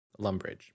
Lumbridge